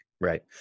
Right